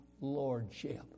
lordship